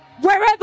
Wherever